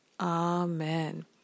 Amen